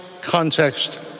context